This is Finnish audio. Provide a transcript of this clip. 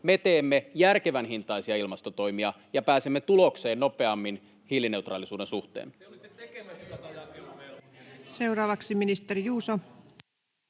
me teemme järkevänhintaisia ilmastotoimia ja pääsemme tulokseen nopeammin hiilineutraalisuuden suhteen.